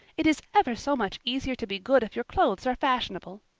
it is ever so much easier to be good if your clothes are fashionable.